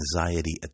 anxiety